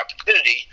opportunity